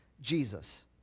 Jesus